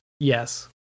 Yes